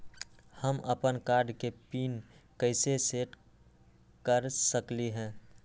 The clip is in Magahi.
हम अपन कार्ड के पिन कैसे सेट कर सकली ह?